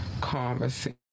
conversation